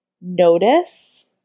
notice